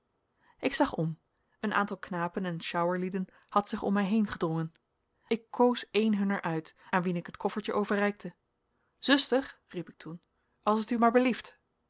ik zag om een aantal knapen en sjouwerlieden had zich om mij heen gedrongen ik koos een hunner uit aan wien ik het koffertje overreikte zuster riep ik toen als het u maar belieft